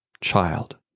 child